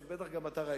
אז בטח גם אתה ראית,